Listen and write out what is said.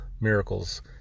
miracles